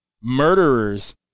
murderers